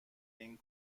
این